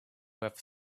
have